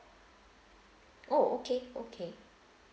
oh okay okay